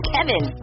Kevin